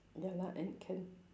ya lah and can